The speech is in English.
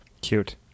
cute